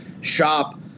shop